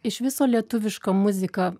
iš viso lietuviška muzika